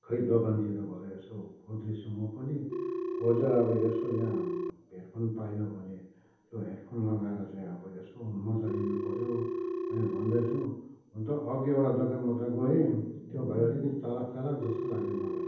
खै दोकानतिर भरे यसो खोज्दैछु म पनि खोजेर अब यसको यहाँ हेडफोन पाइयो भने त्यो हेडफोन लगाएर चाहिँ अब यसो मज्जा लिनुपऱ्यो पनि भन्दैछु हुन त अघि एउटा दोकानमा त गएँ त्यो भाइ अलिकति चलाक चलाक जस्तो लाग्यो मलाई